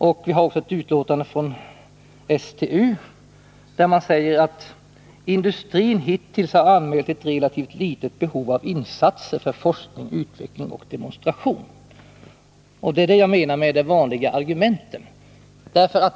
Det finns också ett utlåtande från STU, där man säger att industrin hittills har anmält ett relativt litet behov av insatser för forskning, utveckling och demonstration. — Det är detta jag menar med de gamla vanliga argumenten.